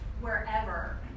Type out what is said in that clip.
Wherever